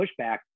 pushback